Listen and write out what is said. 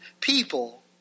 people